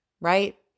Right